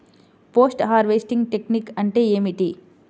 Post harvesting technique అంటే ఏమిటీ?